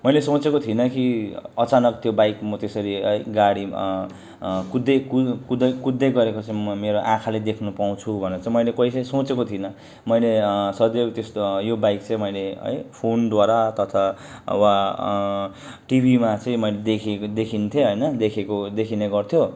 मैले सोचेको थिइनँ कि अचानक त्यो बाइक म त्यसरी है गाडी कुद्दै कु कुद्दै गरेको चाहिँ मेरो आँखाले देख्न पाउँछु भनेर चाहिँ मैले कहिले सोचेको थिइनँ मैले सधैँ त्यस्तो यो बाइक चाहिँ मैले है फोनद्वारा तथा अब टिभीमा चाहिँ मैले देखेको देखिन्थेँ होइन देखेको देखिने गर्थ्यो